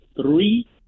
three